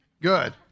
Good